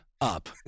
up